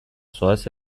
zoaz